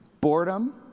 boredom